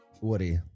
Woody